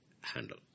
handle